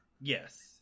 yes